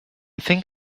think